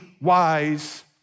wise